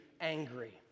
angry